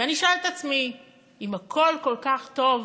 ואני שואלת עצמי: אם הכול כל כך טוב,